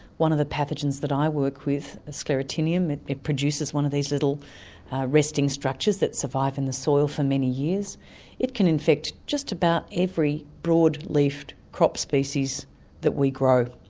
one of the pathogens that i work with, a sclerotinium, it it produces one of these little resting structures that survive in the soil for many years, and it can infect just about every broad-leafed crop species that we grow.